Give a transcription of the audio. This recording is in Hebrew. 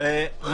מה